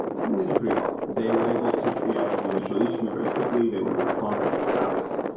i think they did pretty well. they were able to triage the initial issue very quickly. they were responsive to tavis,